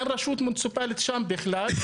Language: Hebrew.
אין רשות מוניציפלית שם בכלל.